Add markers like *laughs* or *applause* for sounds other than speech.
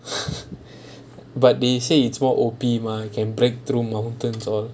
*laughs* but they say is more O_P mah can break through mountains all